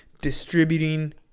distributing